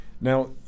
Now